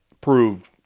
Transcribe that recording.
proved